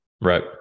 right